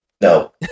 No